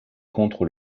contre